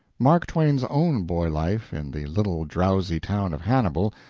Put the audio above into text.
mark twain's own boy life in the little drowsy town of hannibal,